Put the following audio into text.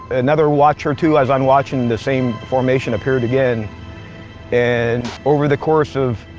another watcher too as i'm watching the same formation appeared again and over the course of